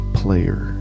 player